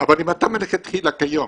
אבל אם אתה מלכתחילה כיום